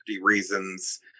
reasons